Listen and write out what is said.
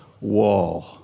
wall